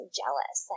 jealous